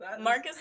Marcus